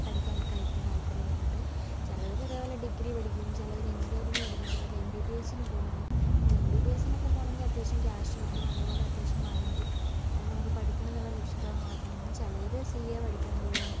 പഠിക്കാൻ ഒക്കെ ആയിരിക്കും താല്പര്യപ്പെടുന്നത് ചിലവർ അതേപോലെ ഡിഗ്രി പഠിക്കും ചിലവർ എഞ്ചിനീയറിംഗ് പഠിക്കും ചിലവർ എം ബി ബി എസിന് പോകും പിന്നെ എം ബി ബി എസിന് ഒക്കെ പോകണെമെങ്കിൽ അത്യാവശ്യം ക്യാഷ് വേണം അതേപോലെ അത്യാവശ്യം മൈൻഡ് അതായത് നമുക്ക് പഠിക്കണം എന്നുള്ള ലക്ഷ്യത്തോടെ മാത്രം നമ്മൾ പോവണം ചിലവർ സി എ പഠിക്കാൻ പോകും